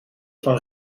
van